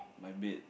my bed